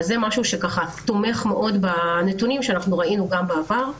זה דבר שתומך מאוד בנתונים שראינו גם בעבר,